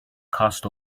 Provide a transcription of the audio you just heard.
cost